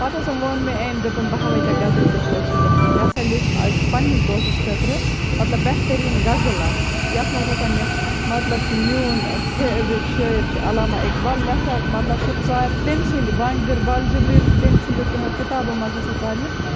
پَتہٕ ہَسا ووٚن مےٚ أمۍ دوٚپُن بہٕ ہاوَے ژےٚ غزل کِتھ پٲٹھۍ چھِ لٮ۪کھٕنۍ مےٚ ہَسا لیٚچھ پَنٛنِس دوستَس خٲطرٕ مطلب بہتریٖن غزل اَکھ یَتھ منٛز ہَسا مےٚ مطلب کہِ میون فیورِٹ شٲعر چھِ علامہ اقبال مےٚ ہَسا مطلب کہِ ژارِ تٔمۍ سٕنٛدۍ بانٛگہِ دِر بال جبریٖل تٔمۍ سٕنٛدیو تِمو کِتابو منٛز ہَسا ژارِ مےٚ